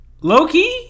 Loki